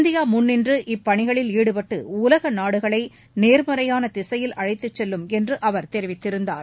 India முன்நின்று இப்பணிகளில் ஈடுபட்டு உலக நாடுகளை நேர்மறையான திசையில் அழைத்துச் செல்லும் என்று அவர் தெரிவித்திருந்தார்